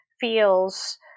feels